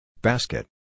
Basket